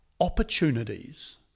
opportunities